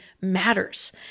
matters